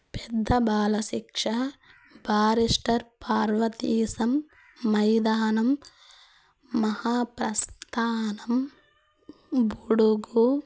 పెద్ద బాలశిక్ష బారిస్టర్ పార్వతీశం మైదానం మహాప్రస్థానం బుడుగు